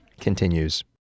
continues